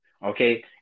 Okay